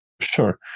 Sure